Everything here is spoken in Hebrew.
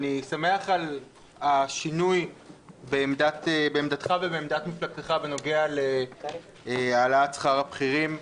אני שמח על השינוי בעמדתך ובעמדת מפלגתך בנוגע להעלאת שכר הבכירים.